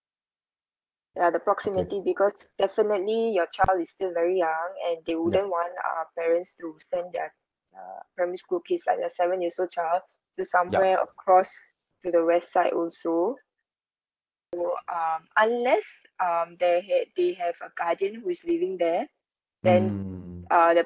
ya the proximity because definitely your child is still very young and they wouldn't want uh parents to send their uh primary school kids like a seven years old child to somewhere across to the west side also so um unless um they had they have a guardian who is living there then uh the